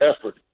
effort